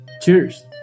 cheers